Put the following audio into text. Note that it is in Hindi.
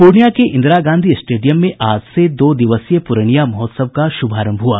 पूर्णियां के इंदिरा गांधी स्टेडियम में आज दो दिवसीय पुरैनिया महोत्सव का शुभारंभ हुआ